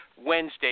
Wednesday